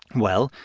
well,